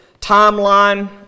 timeline